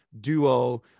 duo